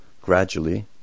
gradually